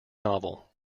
novel